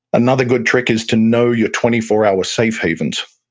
another good trick is to know your twenty four hour safe havens.